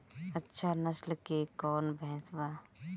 अच्छा नस्ल के कौन भैंस बा?